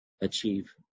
achieve